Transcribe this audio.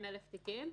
200,000 תיקם,